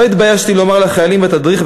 לא התביישתי לומר לחיילים בתדריך,